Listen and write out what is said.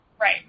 Right